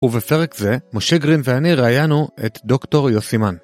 ובפרק זה, משה גרין ואני ראיינו את דוקטור יוסי מן.